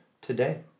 today